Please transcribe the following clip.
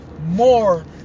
more